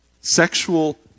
sexual